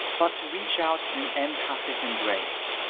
but to reach out in an empathic embrace.